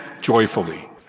joyfully